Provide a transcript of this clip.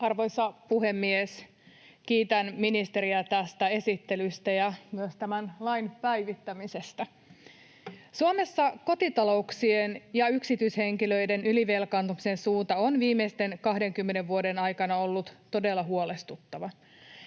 Arvoisa puhemies! Kiitän ministeriä tästä esittelystä ja myös tämän lain päivittämisestä. Suomessa kotitalouksien ja yksityishenkilöiden ylivelkaantumisen suunta on viimeisten 20 vuoden aikana ollut todella huolestuttava,